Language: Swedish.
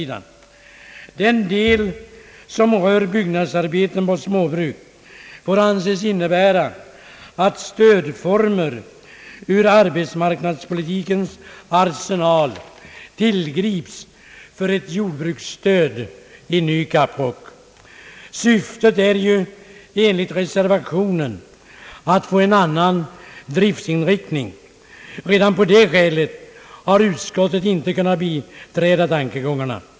Den del som rör byggnadsarbeten på småbruk får anses innebära att stödformer ur arbetsmarknadspolitikens arsenal tillgrips för ett jordbruksstöd i ny kapprock. Syftet är ju enligt reservationen att få en annan driftinriktning. Redan av det skälet har utskottet inte kunnat biträda tankegångarna.